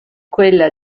quella